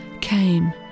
came